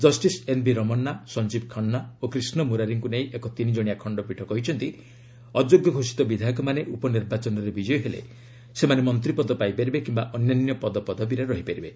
justice N V Ramana Sanjiv Khanna ଓ କ୍ରିଷ୍ଣ ମୁରାରୀଙ୍କୁ ନେଇ ଏକ ତିନିଜଣିଆ ଖଣ୍ଡପୀଠ କହିଛନ୍ତି ଅଯୋଗ୍ୟ ସୋଷିତ ବିଧାୟକମାନେ ଉପନିର୍ବାଚନରେ ବିଜୟୀ ହେଲେ ସେମାନେ ମନ୍ତ୍ରୀପଦ ପାଇପାରିବେ କିମ୍ବା ଅନ୍ୟାନ୍ୟ ପଦପଦବୀରେ ରହିପାରିବେ